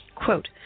Quote